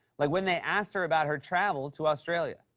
like when they asked her about her travels to australia.